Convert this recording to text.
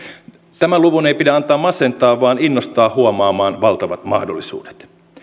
tämän luvun ei pidä antaa masentaa vaan innostaa huomaamaan valtavat mahdollisuudet